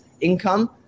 income